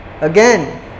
Again